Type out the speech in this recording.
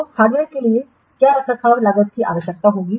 तो हार्डवेयर के लिए क्या रखरखाव लागत की आवश्यकता होगी